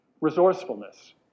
Resourcefulness